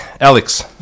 Alex